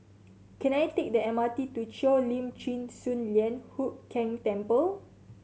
can I take the M R T to Cheo Lim Chin Sun Lian Hup Keng Temple